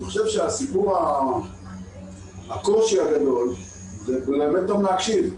חושב שהקושי הגדול זה ללמד אותם להקשיב,